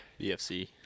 BFC